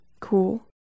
Cool